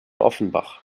offenbach